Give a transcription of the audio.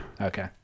Okay